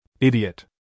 Idiot